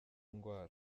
ndwara